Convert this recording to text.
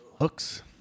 Hooks